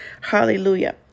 Hallelujah